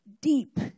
deep